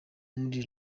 muri